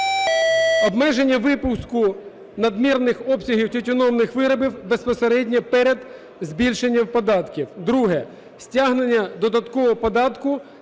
"Обмеження випуску надмірних обсягів тютюнових виробів безпосередньо перед збільшенням податків. Друге. Стягнення додаткового податку